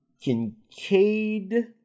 Kincaid